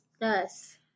Yes